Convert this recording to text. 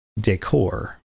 Decor